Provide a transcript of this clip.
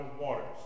waters